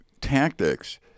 tactics